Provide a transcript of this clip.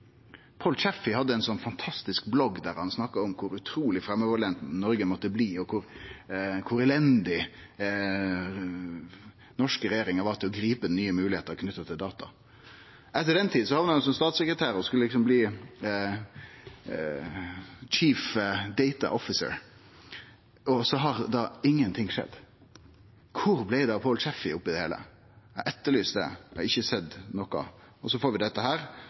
hadde ein fantastisk blogg der han snakka om kor utruleg framoverlent Noreg måtte bli, og kor elendig den norske regjeringa var til å gripe nye moglegheiter knytte til data. Etter den tida hamna han som statssekretær og skulle liksom bli chief data officer. Så har ingenting skjedd. Kvar blei det av Paul Chaffey oppi det heile? Eg etterlyser det. Eg har ikkje sett noko. Så får vi dette,